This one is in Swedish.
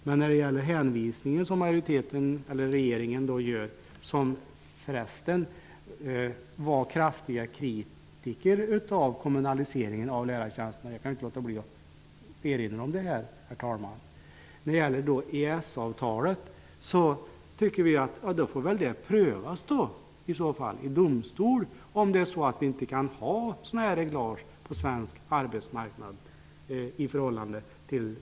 Jag kan förresten, herr talman, inte låta bli att erinra om att regeringen kraftigt kritiserade kommunaliseringen av lärartjänsterna. Vad gäller EES-avtalet tycker vi att man i domstol får pröva huruvida vårt land på grund av detta avtal inte kan ha sådana här regleringar på den egna arbetsmarknaden.